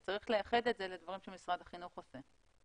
צריך לייחד את זה לדברים שמשרד החינוך עושה.